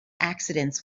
accidents